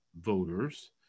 voters